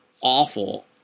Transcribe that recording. awful